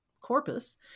corpus